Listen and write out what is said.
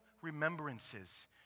remembrances